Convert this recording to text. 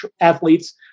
athletes